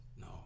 No